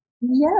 Yes